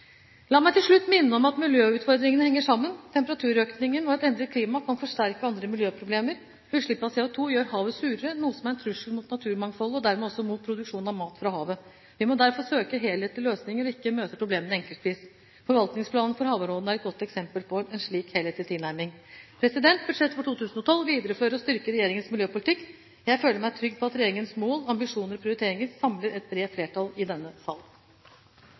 La meg til slutt minne om at miljøutfordringene henger sammen. Temperaturøkningen og et endret klima kan forsterke andre miljøproblemer. Utslipp av CO2 gjør havet surere, noe som er en trussel mot naturmangfoldet og dermed også mot produksjonen av mat fra havet. Vi må derfor søke helhetlige løsninger og ikke møte problemene enkeltvis. Forvaltningsplanene for havområdene er et godt eksempel på en slik helhetlig tilnærming. Budsjettet for 2012 viderefører og styrker regjeringens miljøpolitikk. Jeg føler meg trygg på at regjeringens mål, ambisjoner og prioriteringer samler et bredt flertall i denne sal.